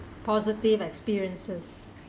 positive experiences